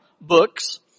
books